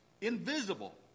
invisible